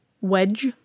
Wedge